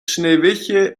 sneeuwwitje